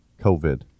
COVID